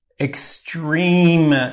extreme